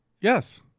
Yes